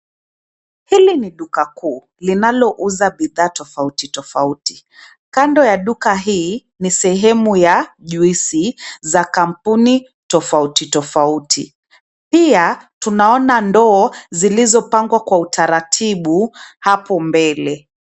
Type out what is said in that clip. Hili ni duka kuu linalouza bidhaa tofauti tofauti, kando ya duka hii ni sehemu ya juisi za kampuni tofauti tofauti. Pia tunaona ndoo zilizopangwa kwa utaratibu hapo mbele.